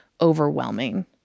overwhelming